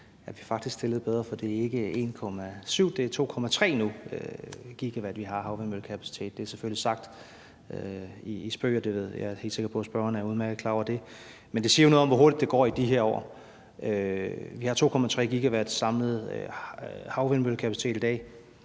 stillet bedre, for det er ikke 1,7, men 2,3 GW, vi nu har af havvindmøllekapacitet. Det er selvfølgelig sagt i spøg, og jeg er helt sikker på, at spørgeren er udmærket klar over det. Men det siger jo noget om, hvor hurtigt det går i de her år. Vi har 2,3 GW samlet havvindmøllekapacitet i dag,